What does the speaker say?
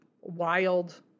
wild